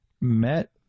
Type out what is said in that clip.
met